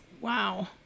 Wow